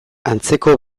antzeko